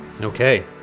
Okay